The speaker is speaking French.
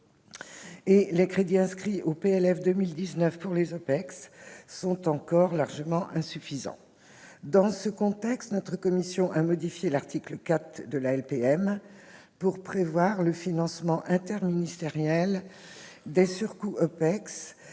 de loi de finances pour 2019 consacre aux OPEX sont encore largement insuffisants. Dans ce contexte, notre commission, qui a modifié l'article 4 de la LPM pour prévoir le financement interministériel des surcoûts dus